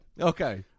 Okay